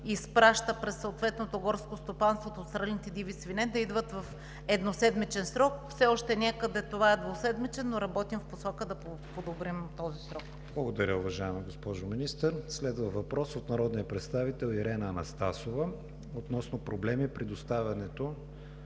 изпраща през съответното горско стопанство за отстреляните диви свине, да идват в едноседмичен срок. Все още някъде това е двуседмичен, но работим в посока да подобрим този срок. ПРЕДСЕДАТЕЛ КРИСТИАН ВИГЕНИН: Благодаря, уважаема госпожо Министър. Следва въпрос от народния представител Ирена Анастасова относно проблеми при доставките